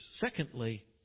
Secondly